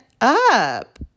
up